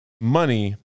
money